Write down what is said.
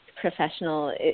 professional